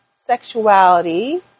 sexuality